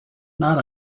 not